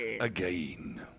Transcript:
Again